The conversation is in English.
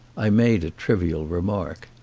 i made a trivial remark.